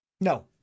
No